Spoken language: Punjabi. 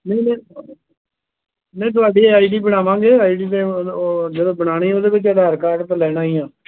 ਨਹੀਂ ਨਹੀਂ ਨਹੀਂ ਤੁਹਾਡੀ ਆਈ ਡੀ ਬਣਾਵਾਂਗੇ ਆਈ ਡੀ ਦੇ ਜਦੋਂ ਬਣਾਉਣੀ ਉਹਦੇ ਵਿੱਚ ਆਧਾਰ ਕਾਰਡ ਤਾਂ ਲੈਣਾ ਹੀ ਆ